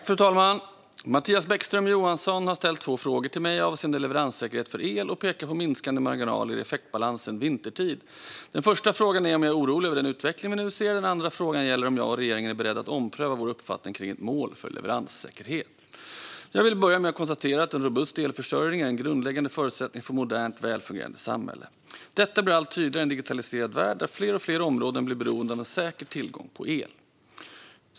Fru talman! Mattias Bäckström Johansson har ställt två frågor till mig avseende leveranssäkerhet för el och pekar på minskande marginaler i effektbalansen vintertid. Den första frågan är om jag är orolig över den utveckling vi nu ser. Den andra frågan gäller om jag och regeringen är beredda att ompröva vår uppfattning kring ett mål för leveranssäkerhet. Jag vill börja med att konstatera att en robust elförsörjning är en grundläggande förutsättning för ett modernt och väl fungerande samhälle. Detta blir allt tydligare i en digitaliserad värld, där fler och fler områden blir beroende av en säker tillgång på el.